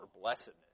blessedness